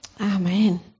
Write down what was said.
Amen